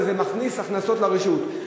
וזה מכניס הכנסות לרשות.